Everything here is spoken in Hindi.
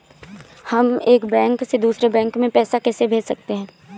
हम एक बैंक से दूसरे बैंक में पैसे कैसे भेज सकते हैं?